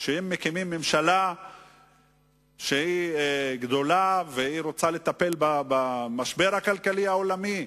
שהם מקימים ממשלה גדולה שרוצה לטפל במשבר הכלכלי העולמי.